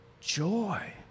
joy